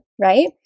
right